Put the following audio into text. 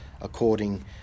according